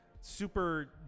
super